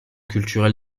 culturel